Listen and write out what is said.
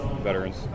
veterans